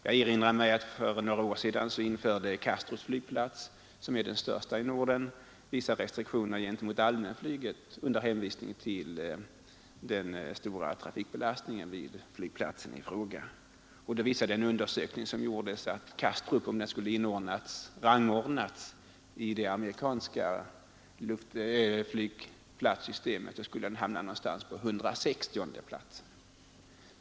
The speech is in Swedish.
Jag erinrar mig att för några år sedan infördes på Kastrup, som är den största flygplatsen i Norden, vissa restriktioner för allmänflyget under hänvisning till den stora trafikbelastningen på flygplatsen. En undersökning som då gjordes visade att om Kastrup skulle ha rangordnats i det amerikanska flygplatssystemet flygplatsen skulle ha hamnat ungefär på 160:e plats!